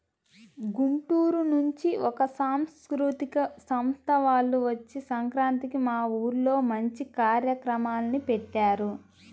గుంటూరు నుంచి ఒక సాంస్కృతిక సంస్థ వాల్లు వచ్చి సంక్రాంతికి మా ఊర్లో మంచి కార్యక్రమాల్ని పెట్టారు